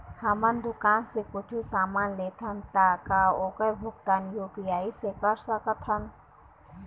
हमन दुकान से कुछू समान लेथन ता ओकर भुगतान यू.पी.आई से कर सकथन?